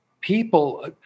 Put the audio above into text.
People